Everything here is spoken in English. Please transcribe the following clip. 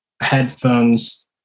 headphones